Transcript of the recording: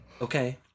okay